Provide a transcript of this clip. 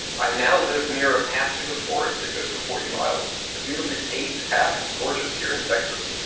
i now live near a path through the forest that goes for forty miles. it's a beautifully paved path, it's gorgeous here in texas.